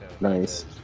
Nice